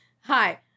Hi